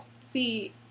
see